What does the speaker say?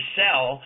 sell